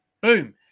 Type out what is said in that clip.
boom